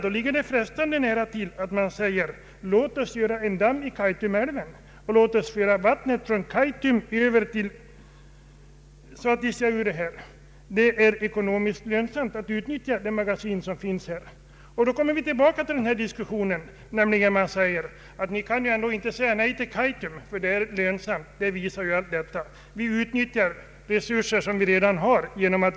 Då ligger det frestande nära till hands att säga: Låt oss göra en damm i Kaitumälven och låt oss föra vattnet från Kaitum över till Satisjaure; det är nämligen ekonomiskt lönsamt att utnyttja det magasin som finns där. Då kommer man tillbaka till argumentet om att Kaitumprojektet är lönsamt. Genom en sådan överbyggnad utnyttjas de resurser som redan finns.